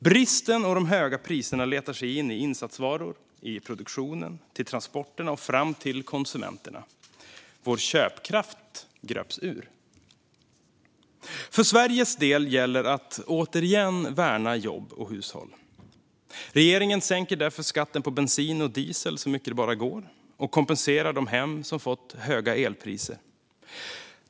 Bristen och de höga priserna letar sig in i insatsvaror, i produktionen, till transporterna och fram till konsumenterna. Vår köpkraft gröps ur. För Sveriges del gäller att återigen värna jobb och hushåll. Regeringen sänker därför skatten på bensin och diesel så mycket det bara går och kompenserar de hem som har fått höga elpriser.